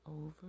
over